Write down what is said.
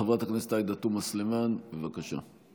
חברת הכנסת עאידה תומא סלימאן, בבקשה.